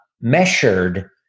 measured